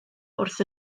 wrth